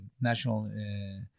national